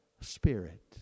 spirit